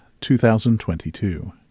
2022